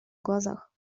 глазах